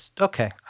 Okay